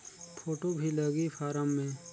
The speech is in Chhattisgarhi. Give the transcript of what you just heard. फ़ोटो भी लगी फारम मे?